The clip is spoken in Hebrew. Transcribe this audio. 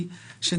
אבל